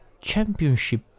championship